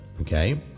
okay